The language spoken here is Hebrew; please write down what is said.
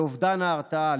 לאובדן ההרתעה,